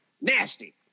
Nasty